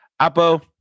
Apo